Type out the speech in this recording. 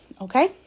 okay